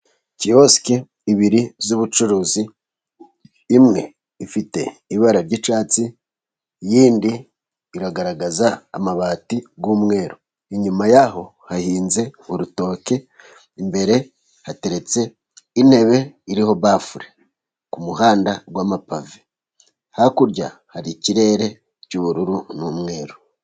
Kiyosiki ebyiri z'ubucuruzi, imwe ifite ibara ry'icyatsi, iyindi iragaragaza amabati y'umweru, inyuma ya ho hahinze urutoke, imbere hateretse intebe iriho bafure ku muhanda w'amapave, hakurya hari ikirere cy'ubururu n'umweru.